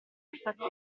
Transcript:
perfetto